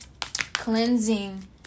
cleansing